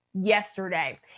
yesterday